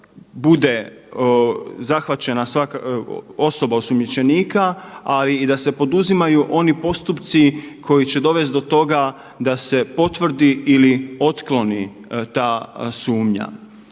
bude zahvaćena osoba osumnjičenika, ali i da se poduzimaju oni postupci koji će dovest do toga da se potvrdi ili otkloni ta sumnja.